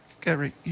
Gary